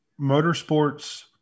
Motorsports